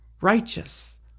righteous